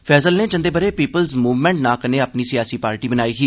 फैसल नै जंदे ब'रे पिपुल्स मूवमेंट नां कन्नै अपनी सियासी पार्टी बनाई ही